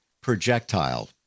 projectile